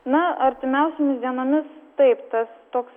na artimiausiomis dienomis taip tas toks